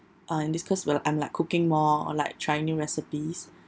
uh in this cause well I'm like cooking more or like trying new recipes